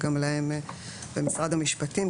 נמצא כאן נציג המשרד להגנת הסביבה ומשרד המשפטים,